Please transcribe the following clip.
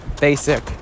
basic